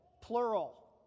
plural